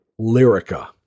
Lyrica